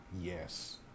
Yes